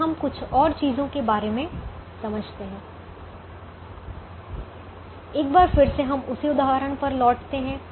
अब हम कुछ और चीजों के बारे में समझते हैं एक बार फिर से हम उसी उदाहरण पर लौटते हैं